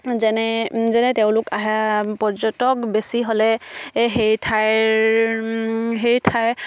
যেনে যেনে তেওঁলোক আহে পৰ্যটক বেছি হ'লে সেই ঠাইৰ